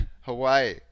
Hawaii